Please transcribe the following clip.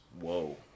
whoa